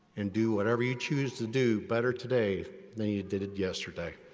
and do whatever you choose to do better today than you did it yesterday.